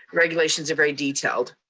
regulations are very detailed.